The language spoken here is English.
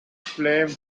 flame